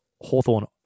Hawthorne